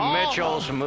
Mitchell's